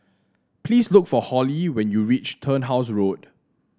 please look for Holly when you reach Turnhouse Road